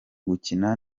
gukina